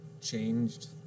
changed